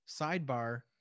Sidebar